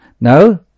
no